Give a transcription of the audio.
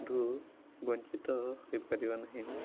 ରୁ ବଞ୍ଚିତ ହୋଇପାରିବା ନାହିଁ